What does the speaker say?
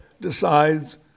decides